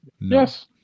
Yes